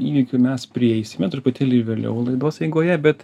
įvykių mes prieisime truputėlį vėliau laidos eigoje bet